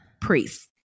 priests